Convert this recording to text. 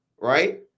right